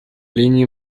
линии